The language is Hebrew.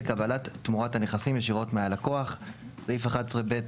קבלת תמורת הנכסים ישירות מהלקוח;"; סעיף 11 ב'